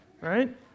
right